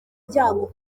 byago